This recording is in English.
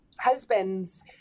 husband's